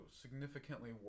significantly